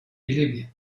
libia